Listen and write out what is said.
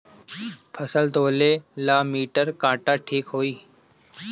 फसल तौले ला मिटर काटा ठिक होही?